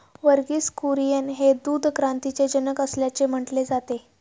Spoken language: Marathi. वर्गीस कुरियन हे दूध क्रांतीचे जनक असल्याचे म्हटले जाते